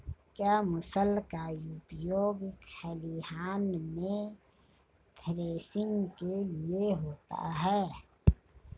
क्या मूसल का उपयोग खलिहान में थ्रेसिंग के लिए होता है?